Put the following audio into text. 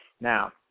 Now